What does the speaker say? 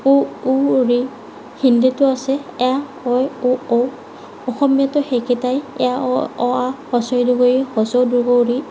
উ ঊ ঋ হিন্দীটো আছে এ ঐ ও ঔ অসমীয়াতো সেইকেইটাই এ অ অ আ হস্ৰ ই দীৰ্ঘ ই হস্ৰ ও দীৰ্ঘ ও ঋ